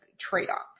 trade-off